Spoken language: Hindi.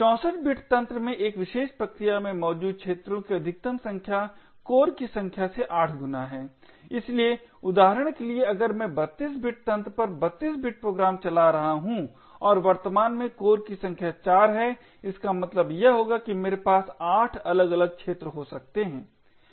64 बिट तंत्र में एक विशेष प्रक्रिया में मौजूद क्षेत्रों की अधिकतम संख्या कोर की संख्या से 8 गुना है इसलिए उदाहरण के लिए अगर मैं 32 बिट तंत्र पर 32 बिट प्रोग्राम चला रहा हूं और वर्तमान में कोर की संख्या 4 है इसका मतलब यह होगा कि मेरे पास 8 अलग अलग क्षेत्र हो सकते हैं